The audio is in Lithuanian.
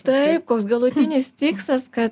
taip koks galutinis tikslas kad